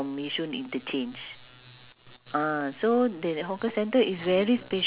oh new adventures ah oh wait ah actually sometimes I read the papers